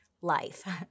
life